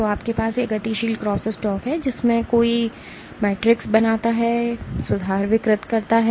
तो आपके पास यह गतिशील क्रोस्टालक है जिसमें कोई मैट्रिक्स बनाता है और सुधार विकृत करता है